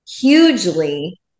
hugely